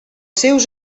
seus